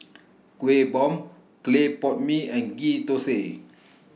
Kuih Bom Clay Pot Mee and Ghee Thosai